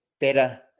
better